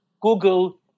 Google